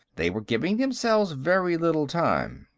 they were giving themselves very little time.